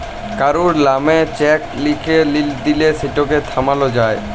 কারুর লামে চ্যাক লিখে দিঁলে সেটকে থামালো যায়